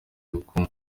bakunda